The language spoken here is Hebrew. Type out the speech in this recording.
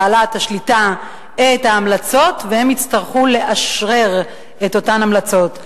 בעלת השליטה את ההמלצות והם יצטרכו לאשרר את אותן המלצות,